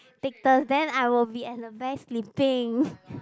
take turns then I will be at the back sleeping